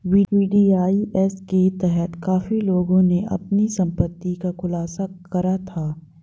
VDIS के तहत काफी लोगों ने अपनी संपत्ति का खुलासा करा था